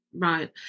Right